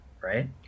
right